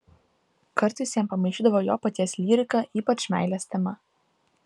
kartais jam pamaišydavo jo paties lyrika ypač meilės tema